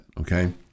okay